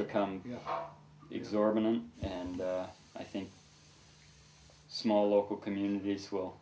to come exorbitant i think small local communities will